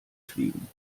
fliegen